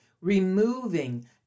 removing